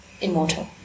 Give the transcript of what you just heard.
immortal